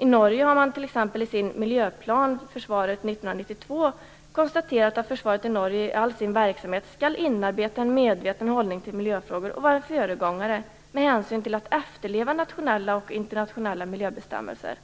I Norge har man t.ex. i sin Miljöplan Försvaret 1992 konstaterat att försvaret i Norge i all sin verksamhet skall inarbeta en medveten hållning till miljöfrågor och vara en föregångare med hänsyn till att efterleva nationella och internationella miljöbestämmelser.